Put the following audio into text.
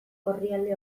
orrialde